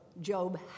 Job